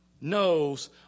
knows